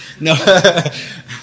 no